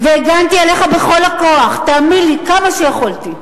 והגנתי עליך בכל הכוח, תאמין לי, כמה שיכולתי.